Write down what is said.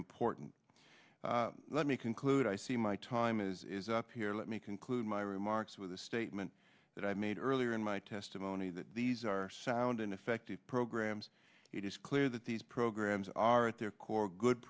important let me conclude i see my time is up here let me conclude my remarks with the statement that i made earlier in my testimony that these are sound and effective programs it is clear that these programs are at their core good